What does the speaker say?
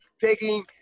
taking